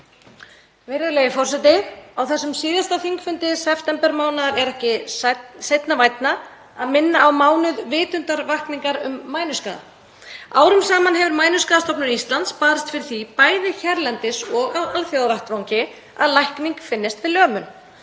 Virðulegi forseti. Á þessum síðasta þingfundi septembermánaðar er ekki seinna vænna en að minna á mánuð vitundarvakningar um mænuskaða. Árum saman hefur Mænuskaðastofnun Íslands barist fyrir því, bæði hérlendis og á alþjóðavettvangi, að lækning finnist við lömun.